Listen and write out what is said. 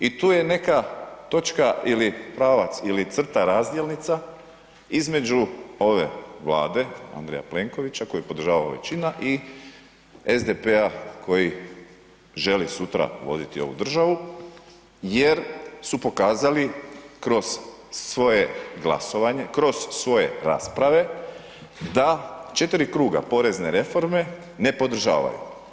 I tu je neka točka ili pravac ili crta razdjelnica između ove Vlade Andreja Plenkovića koju podržava ova većina i SDP-a koji želi sutra voditi ovu državu jer su pokazali kroz svoje glasovanje, kroz svoje rasprave da 4 kruga porezne reforme ne podržavaju.